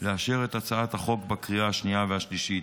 ולאשר את הצעת החוק בקריאה השנייה והשלישית.